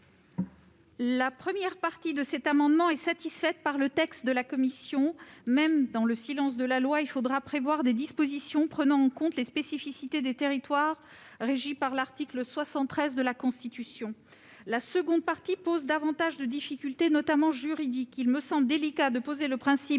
La première partie de cet amendement est satisfaite par le texte de la commission ; même dans le silence de la loi, il faudra prévoir des dispositions prenant en compte les spécificités des territoires régis par l'article 73 de la Constitution. La seconde partie pose davantage de difficultés, notamment juridiques. Il me semble délicat de poser, dans